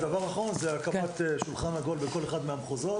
הדבר האחרון זה הרכבת שולחן עגול בכל אחד מהמחוזות,